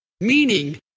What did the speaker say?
meaning